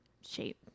shape